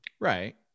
Right